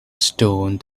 stone